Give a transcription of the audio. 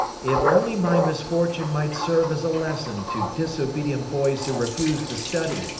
if only my misfortune might serve as a lesson to disobedient boys who refuse to study!